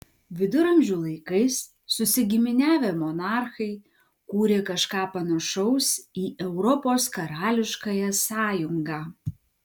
viduramžių laikais susigiminiavę monarchai kūrė kažką panašaus į europos karališkąją sąjungą